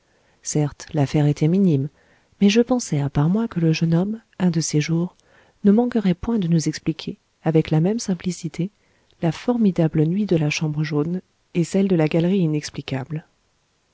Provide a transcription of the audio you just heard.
certes l'affaire était minime mais je pensai à part moi que le jeune homme un de ces jours ne manquerait point de nous expliquer avec la même simplicité la formidable nuit de la chambre jaune et celle de la galerie inexplicable